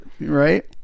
Right